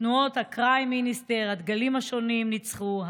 תנועות ה-Crime Minister והדגלים השונים ניצחו,